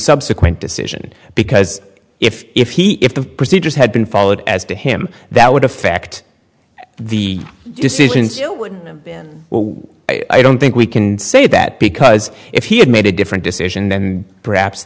subsequent decision because if if he if the procedures had been followed as to him that would affect the decisions you would well i don't think we can say that because if he had made a different decision then perhaps